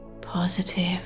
positive